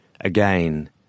again